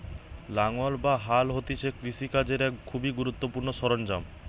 লাঙ্গল বা হাল হতিছে কৃষি কাজের এক খুবই গুরুত্বপূর্ণ সরঞ্জাম